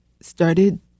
started